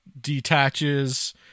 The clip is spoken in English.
detaches